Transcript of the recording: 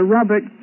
Robert